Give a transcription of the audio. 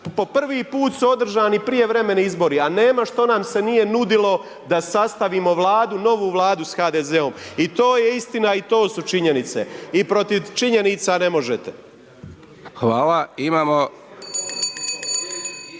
Po prvi put su održani prijevremeni izbori a nema šta nam se nije nudilo da sastavimo Vladu, novu Vladu sa HDZ-om. I to je istina i to su činjenice i protiv činjenica ne možete. **Hajdaš